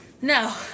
No